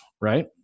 right